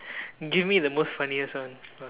give me the most funniest one